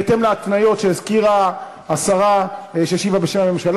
בהתאם להתניות שהזכירה השרה שהשיבה בשם הממשלה.